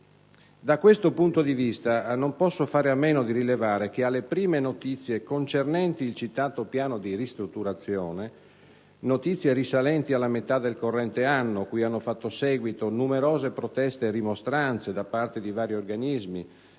Da questo punto di vista, non posso fare a meno di rilevare che, alle prime notizie concernenti il citato piano di ristrutturazione - notizie risalenti alla metà del corrente anno, cui hanno fatto seguito numerose proteste e rimostranze da parte di vari organismi